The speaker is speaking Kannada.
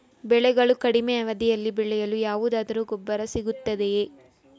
ಬೆಳೆಗಳು ಕಡಿಮೆ ಅವಧಿಯಲ್ಲಿ ಬೆಳೆಯಲು ಯಾವುದಾದರು ಗೊಬ್ಬರ ಸಿಗುತ್ತದೆಯೇ?